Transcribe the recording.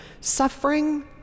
suffering